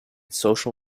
social